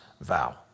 vow